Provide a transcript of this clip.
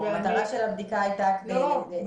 המטרה של הבדיקה הייתה כדי לשפר ולעזור.